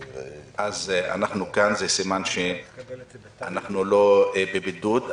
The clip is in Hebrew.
אנחנו כאן, זה סימן שאנחנו לא בבידוד.